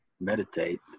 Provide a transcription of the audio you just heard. meditate